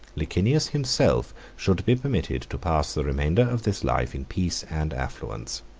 licinius himself should be permitted to pass the remainder of this life in peace and affluence.